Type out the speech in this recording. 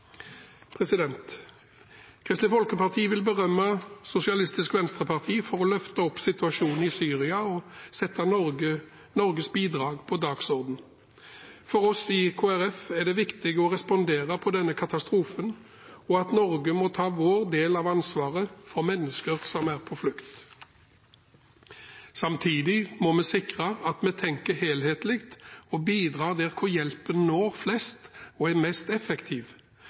Kristelig Folkeparti vil berømme Sosialistisk Venstreparti for å løfte opp situasjonen i Syria og sette Norges bidrag på dagsordenen. For oss i Kristelig Folkeparti er det viktig å respondere på denne katastrofen, og at Norge tar sin del av ansvaret for mennesker som er på flukt. Samtidig må vi sikre at vi tenker helhetlig og bidrar der hvor hjelpen når flest og er mest effektiv,